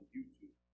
YouTube